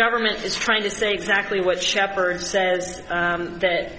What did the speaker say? government is trying to say exactly what shepard said that